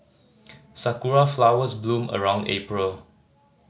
sakura flowers bloom around April